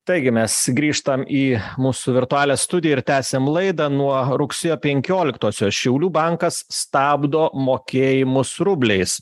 taigi mes grįžtam į mūsų virtualią studiją ir tęsiam laidą nuo rugsėjo penkioliktosios šiaulių bankas stabdo mokėjimus rubliais